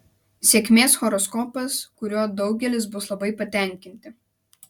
sėkmės horoskopas kuriuo daugelis bus labai patenkinti